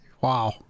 Wow